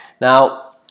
Now